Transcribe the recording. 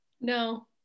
No